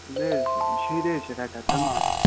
نہَ حظ شُرۍ حظ چھِ رَٹان تِم تہِ